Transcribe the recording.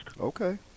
Okay